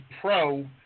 pro